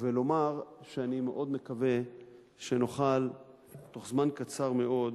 ולומר שאני מאוד מקווה שנוכל בתוך זמן קצר מאוד